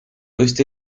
oeste